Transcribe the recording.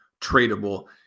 tradable